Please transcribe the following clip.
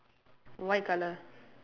white colour